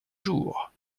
jours